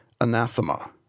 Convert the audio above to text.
anathema